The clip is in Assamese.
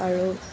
আৰু